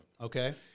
Okay